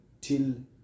till